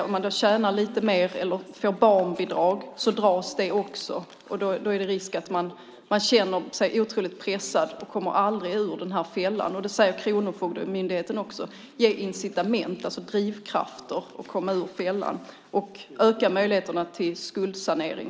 Om man tjänar lite mer eller får barnbidrag dras det också. Då är det risk att man känner sig otroligt pressad och aldrig kommer ur den här fällan. Det säger Kronofogdemyndigheten också. Ge incitament, alltså drivkrafter, att komma ur fällan, och öka möjligheterna till skuldsanering!